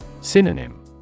Synonym